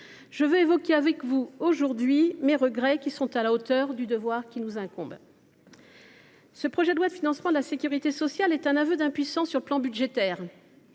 J’évoquerai avec vous mes regrets, qui sont à la hauteur du devoir qui nous incombe. Ce projet de loi de financement de la sécurité sociale est un aveu d’impuissance sur le plan budgétaire.